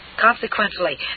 Consequently